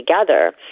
together